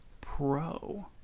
Pro